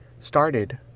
started